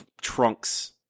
trunks